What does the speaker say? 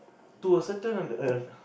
to a certain a